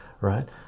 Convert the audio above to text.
right